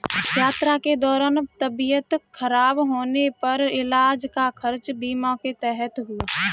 यात्रा के दौरान तबियत खराब होने पर इलाज का खर्च बीमा के तहत हुआ